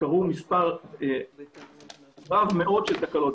קרו מספר רב מאוד של תקלות.